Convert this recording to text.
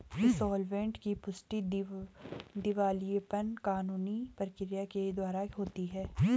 insolvent की पुष्टि दिवालियापन कानूनी प्रक्रिया के द्वारा होती है